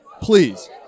please